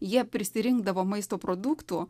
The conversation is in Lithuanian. jie prisirinkdavo maisto produktų